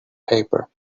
paper